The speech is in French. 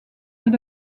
est